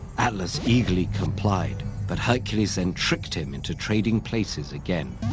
atlas eagerly complied, but hercules then tricked him into trading places again,